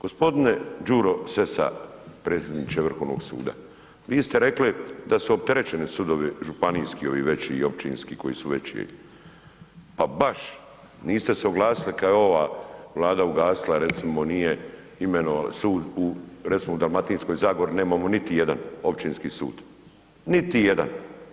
Gospodine Đuro Sessa predsjedniče Vrhovnog suda, vi ste rekli da su opterećeni sudovi županijski ovi veći i općinski koji su veći, pa baš niste se oglasili kad je ova Vlada ugasila recimo nije imenovala sud u recimo u Dalmatinskoj zagori nemamo niti jedan općinski sud, niti jedan.